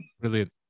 Brilliant